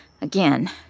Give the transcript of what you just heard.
Again